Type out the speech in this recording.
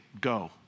go